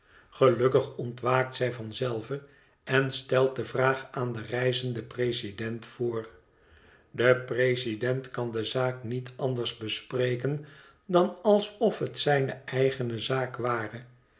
gelukkig ontwaakt zij van zelve en stelt de vraag aan den reizenden president voor de president kan de zaak niet anders bespreken dan alsof het zijne eigene zaak ware